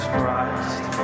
Christ